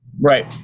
right